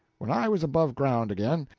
when i was above ground again,